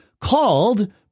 called